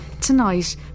Tonight